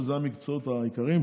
שזה המקצועות העיקריים.